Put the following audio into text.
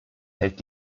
hält